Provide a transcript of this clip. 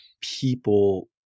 people